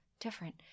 different